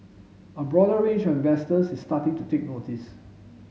a broader range of investors is starting to take notice